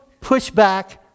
pushback